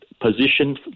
position